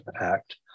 Act